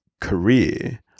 career